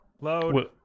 load